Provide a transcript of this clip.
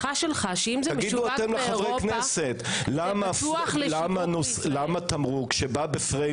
תגידו לחברי הכנסת למה תמרוק שבא בפריים